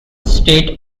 state